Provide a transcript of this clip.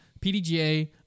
PDGA